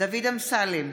דוד אמסלם,